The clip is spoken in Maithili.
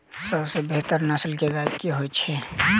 सबसँ बेहतर नस्ल केँ गाय केँ होइ छै?